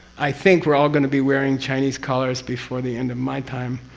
i think we're all going to be wearing chinese collars before the end of my time,